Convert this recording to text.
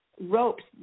ropes